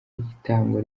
itangwa